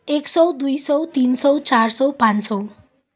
एक सौ दुई सौ तिन सौ चार सौ पाँच सौ